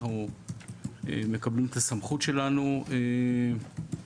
אנחנו מקבלים את הסמכות שלנו מהציבור.